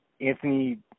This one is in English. Anthony